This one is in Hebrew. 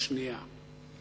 השנייה.